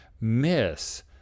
miss